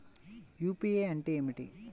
UPI అంటే ఏమిటీ?